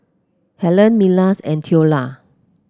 Helene Milas and Theola